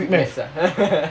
quick maths ah